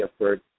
effort